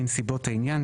בנסיבות העניין.